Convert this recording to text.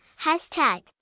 hashtag